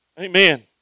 Amen